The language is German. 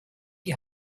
die